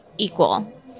Equal